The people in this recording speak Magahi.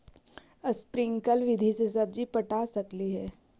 स्प्रिंकल विधि से सब्जी पटा सकली हे?